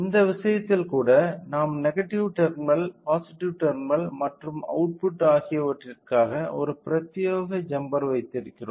இந்த விஷயத்தில் கூட நாம் நெகடிவ் டெர்மினல் பாசிட்டிவ் டெர்மினல் மற்றும் அவுட்புட் ஆகியவற்றிற்காக ஒரு பிரத்யேக ஜம்பர் வைத்திருக்கிறோம்